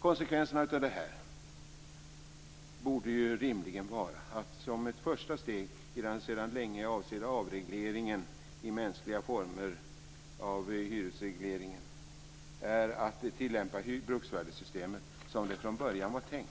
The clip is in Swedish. Konsekvenserna av det här borde rimligen vara att man som ett första steg i den sedan länge avsedda avregleringen av hyresregleringen tillämpar bruksvärdessystemet som det från början var tänkt.